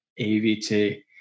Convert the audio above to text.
AVT